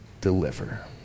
deliver